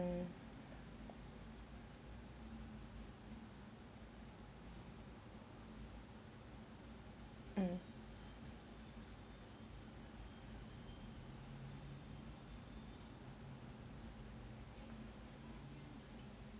um